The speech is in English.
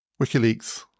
WikiLeaks